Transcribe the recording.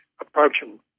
approaching